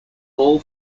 all